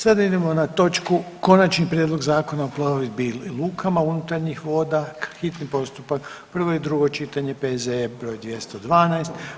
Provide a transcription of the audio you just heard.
Sada idemo na točku: - Konačni prijedlog Zakona o plovidbi i lukama unutarnjih voda, hitni postupak, prvo i drugo čitanje, P.Z.E. br. 212.